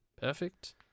Perfect